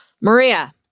Maria